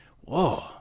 whoa